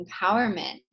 empowerment